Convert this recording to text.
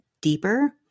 deeper